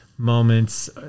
moments